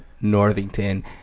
Northington